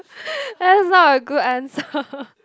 that's not a good answer